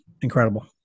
incredible